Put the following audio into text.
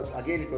again